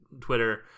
Twitter